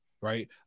Right